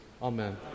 Amen